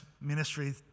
ministry